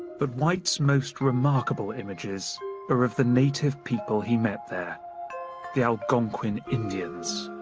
but white's most remarkable images are of the native people he met there the algonquian indians.